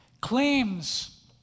claims